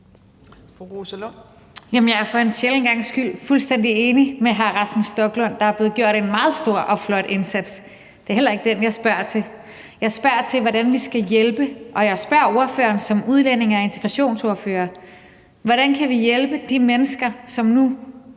jeg er for en sjælden gangs skyld fuldstændig enig med hr. Rasmus Stoklund – der er blevet gjort en meget stor og flot indsats, men det er ikke den, jeg spørger til. Jeg spørger til – og jeg spørger ordføreren som udlændinge- og integrationsordfører – hvordan vi kan hjælpe de mennesker, som nu